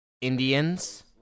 indians